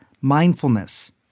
mindfulness